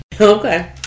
Okay